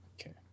Okay